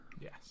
Yes